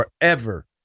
Forever